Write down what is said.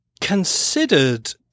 considered